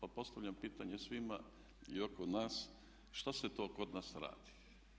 Pa postavljam pitanje svima i oko nas što se to kod nas radi.